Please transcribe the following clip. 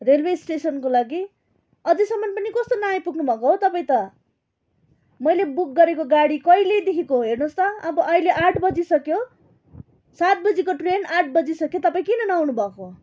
railway स्टेसनको लागि अझैसम्मन् पनि कस्तो नआइपुग्नु भएको हौ तपाईँ त मैले बुक गरेको गाडी कहिलेदेखिको हो हेर्नोस् त अब अहिले आठ बजिसक्यो सात बजीको ट्रेन आठ बजिसक्यो तपाईँ किन नआउनु भएको